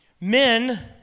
Men